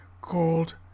called